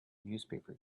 newspaper